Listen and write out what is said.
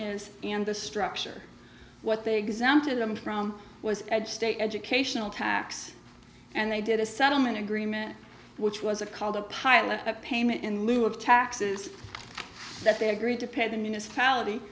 is and the structure what they exempted them from was a state educational tax and they did a settlement agreement which was a called a pilot a payment in lieu of taxes that they agreed to pay the municipality